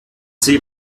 sie